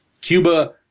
Cuba